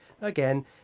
Again